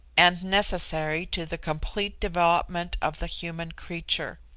and necessary to the complete development of the human creature.